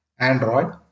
Android